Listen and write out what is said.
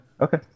okay